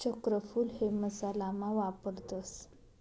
चक्रफूल हे मसाला मा वापरतस